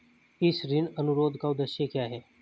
इस ऋण अनुरोध का उद्देश्य क्या है?